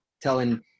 telling